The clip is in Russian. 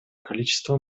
количество